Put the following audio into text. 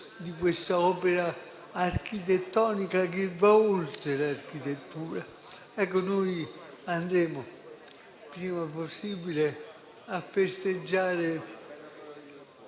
di questa opera architettonica che va oltre l'architettura. Noi andremo il prima possibile a festeggiare,